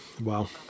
Wow